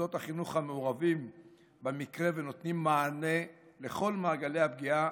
מוסדות החינוך המעורבים במקרה ונותנים מענה לכל מעגלי הפגיעה,